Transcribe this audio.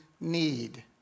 need